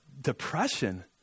depression